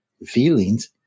feelings